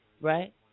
right